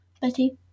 Betty